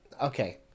okay